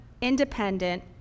independent